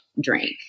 drink